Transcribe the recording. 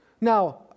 Now